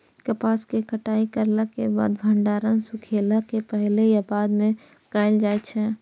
कपास के कटाई करला के बाद भंडारण सुखेला के पहले या बाद में कायल जाय छै?